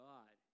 God